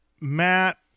Matt